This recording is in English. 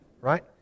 Right